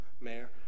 Mayor